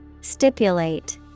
stipulate